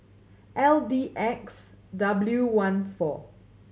L D X W one four